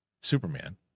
Superman